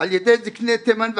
על ידי זקני תימן וחכמיה,